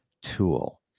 tool